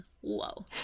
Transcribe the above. Whoa